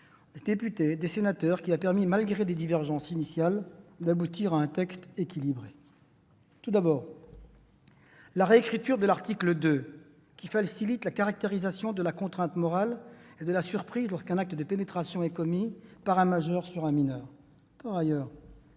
des députés et des sénateurs qui a permis, malgré les divergences initiales, d'aboutir à un texte équilibré. Tout d'abord, la réécriture de l'article 2 facilite la caractérisation de la contrainte morale et de la surprise lorsqu'un acte de pénétration est commis par un majeur sur un mineur. Par ailleurs,